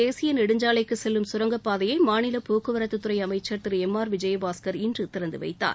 தேசிய நெடுஞ்சாலைக்கு செல்லும் களர் மாநில போக்குவரத்துத்துறை அமைச்சர் திரு எம் ஆர் விஜயபாஸ்கர் இன்று திறந்துவைத்தார்